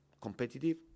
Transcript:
competitive